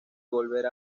volver